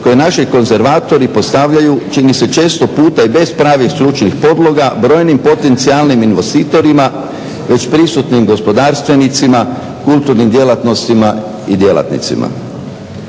koje naši konzervatori postavljaju čini se često puta i bez pravih stručnih podloga brojnim potencijalnim investitorima već prisutnim gospodarstvenicima, kulturnim djelatnostima i djelatnicima.